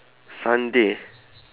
sunday